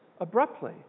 abruptly